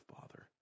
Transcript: Father